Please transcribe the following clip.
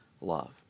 love